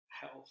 health